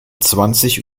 zwanzig